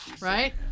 Right